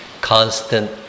constant